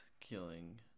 killing